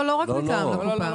לא רק מטעם הקופה.